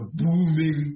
booming